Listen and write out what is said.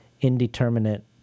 indeterminate